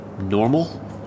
normal